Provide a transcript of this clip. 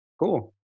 Cool